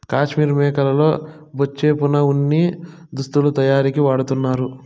కాశ్మీర్ మేకల బొచ్చే వున ఉన్ని దుస్తులు తయారీకి వాడతన్నారు